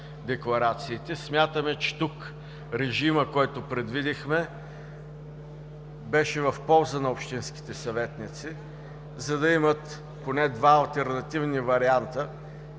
Смятаме, че тук режимът, който предвидихме, беше в полза на общинските съветници, за да имат поне два алтернативни варианта